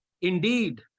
Indeed